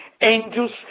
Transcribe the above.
angels